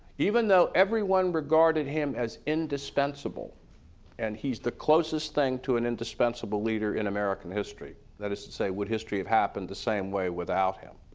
even though everyone regarded him as indispensable and he's the closest thing to an indispensable leader in american history, that is to say would history have happened the same way without him